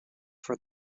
for